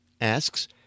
asks